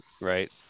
Right